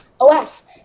OS